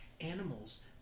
animals